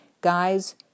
guys